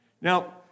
Now